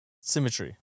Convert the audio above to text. symmetry